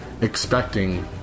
expecting